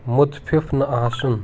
مُتفِف نہٕ آسُن